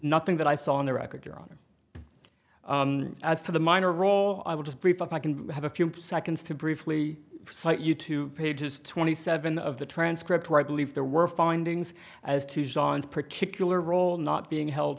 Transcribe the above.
nothing that i saw on the record your honor as to the minor role i would just prefer if i can have a few seconds to briefly cite you two pages twenty seven of the transcript where i believe there were findings as to john's particular role not being held